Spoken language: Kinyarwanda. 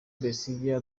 besigye